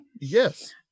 Yes